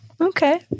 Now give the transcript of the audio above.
Okay